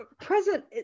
present